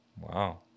Wow